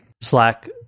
slack